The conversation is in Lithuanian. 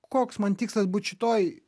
koks man tikslas būt šitoj